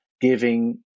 giving